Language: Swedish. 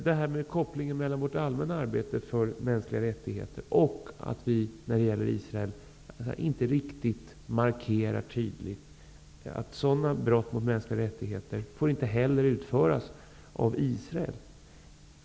Det blir en koppling mellan vårt allmänna arbete för mänskliga rättigheter och det faktum att vi när det gäller Israel inte riktigt markerar tydligt att sådana brott mot mänskliga rättigheter som där förekommer inte får utföras av Israel.